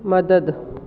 मदद